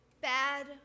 bad